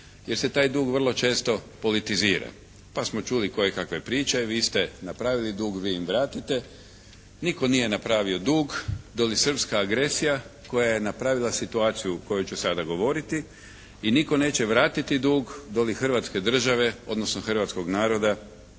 jer se taj dug vrlo često politizira pa smo čuli kojekakve priče, vi ste napravili dug vi im vratite. Nitko nije napravio dug do li srpska agresija koja je napravila situaciju o kojoj ću sada govoriti i nitko neće vratiti dug do li Hrvatske države, odnosno hrvatskog naroda